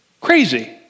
crazy